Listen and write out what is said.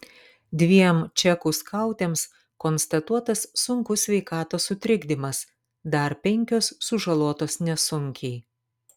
dviem čekų skautėms konstatuotas sunkus sveikatos sutrikdymas dar penkios sužalotos nesunkiai